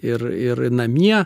ir ir namie